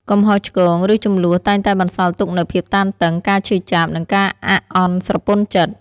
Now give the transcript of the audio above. កំហុសឆ្គង ឬជម្លោះតែងតែបន្សល់ទុកនូវភាពតានតឹង ការឈឺចាប់ និងការអាក់អន់ស្រពន់ចិត្ត។